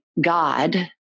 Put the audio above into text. God